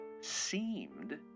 seemed